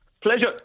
Pleasure